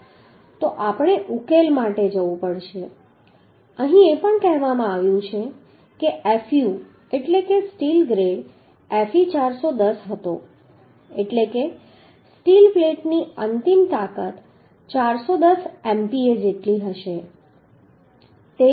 તો આપણે ઉકેલ માટે જવું પડશે અહીં એ પણ કહેવામાં આવ્યું છે કે ફૂ એટલે કે સ્ટીલનો ગ્રેડ fe410 હતો એટલે કે સ્ટીલ પ્લેટની અંતિમ તાકાત 410 MPa જેટલી હશે